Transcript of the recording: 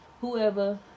Whoever